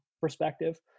perspective